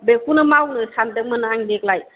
बेखौनो मावनो सानदोंमोन आं देग्लाय